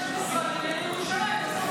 יש משרד לענייני ירושלים,